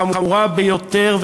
החמורה ביותר,